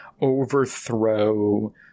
overthrow